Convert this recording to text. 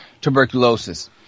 tuberculosis